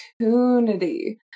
opportunity